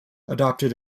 adopted